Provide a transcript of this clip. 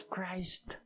Christ